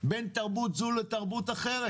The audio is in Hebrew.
בין תרבות זאת לתרבות אחרת.